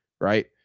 right